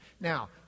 Now